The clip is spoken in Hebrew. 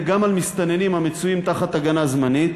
גם על מסתננים הנמצאים תחת הגנה זמנית,